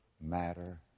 matter